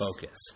focus